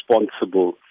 responsible